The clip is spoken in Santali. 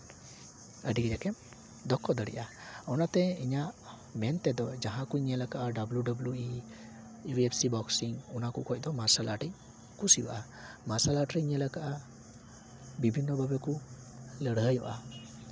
ᱟᱹᱰᱤ ᱠᱟᱡᱟᱠᱮᱢ ᱫᱚᱠᱠᱷᱚ ᱫᱟᱲᱮᱭᱟᱜᱼᱟ ᱚᱱᱟᱛᱮ ᱤᱧᱟᱹᱜ ᱢᱮᱱᱛᱮᱫᱚ ᱡᱟᱦᱟᱸᱠᱩᱧ ᱧᱮᱞ ᱠᱟᱜᱼᱟ W W E U F C boxing ᱚᱱᱟ ᱠᱚ ᱠᱷᱚᱡ ᱫᱚ ᱢᱟᱨᱥᱟᱞ ᱟᱴᱤᱧ ᱠᱩᱥᱤᱣᱟᱜᱼᱟ ᱢᱟᱨᱥᱟᱞ ᱟᱴᱨᱤᱧ ᱧᱮᱞ ᱠᱟᱫᱼᱟ ᱵᱤᱵᱷᱤᱱᱱᱚ ᱵᱷᱟᱵᱮ ᱠᱩ ᱞᱟᱹᱲᱦᱟᱹᱭᱚᱜᱼᱟ